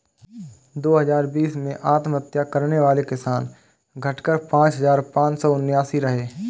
दो हजार बीस में आत्महत्या करने वाले किसान, घटकर पांच हजार पांच सौ उनासी रहे